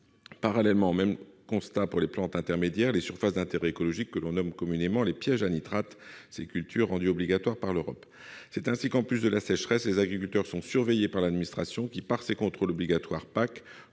d'eau. Le même constat vaut pour les plantes intermédiaires, les surfaces d'intérêt écologique et ce que l'on nomme communément les « pièges à nitrates », ces cultures rendues obligatoires par l'Europe. C'est ainsi que, en plus de la sécheresse, les agriculteurs sont surveillés par l'administration qui, par ses contrôles obligatoires au